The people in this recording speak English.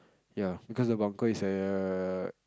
ya because the bunker is err